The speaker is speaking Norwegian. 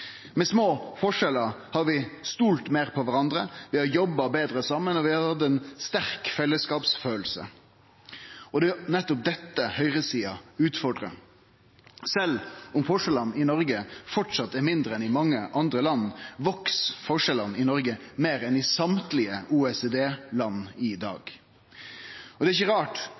Med små forskjellar har vi stolt meir på kvarandre, vi har jobba betre saman, og vi har hatt ei sterk fellesskapskjensle. Det er nettopp dette høgresida utfordrar. Sjølv om forskjellane i Noreg framleis er mindre enn i mange andre land, veks forskjellane i Noreg meir enn i alle OECD-land i dag. Det er ikkje rart,